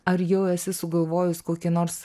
ar jau esi sugalvojus kokį nors